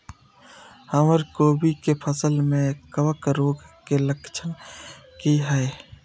हमर कोबी के फसल में कवक रोग के लक्षण की हय?